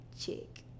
chick